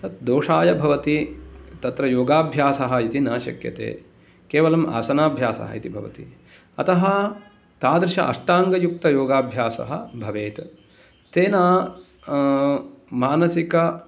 तत् दोषाय भवति तत्र योगाभ्यासः इति न शक्यते केवलम् आसनाभ्यासः इति भवति अतः तादृश्य अष्टाङ्गयुक्तयोगाभ्यासः भवेत् तेन मानसिक